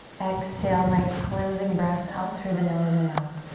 exhale, nice cleansing breath out through the nose or mouth.